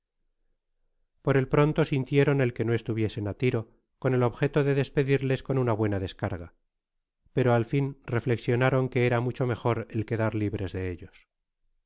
por el pronto sintieron el que no estuviesen á tiro con el objeto de despedirles con una buena descarga pero al fin reflexionaron que era mucho mejor el quedar libres de ellos